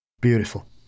Beautiful